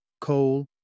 coal